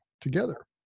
together